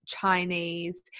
Chinese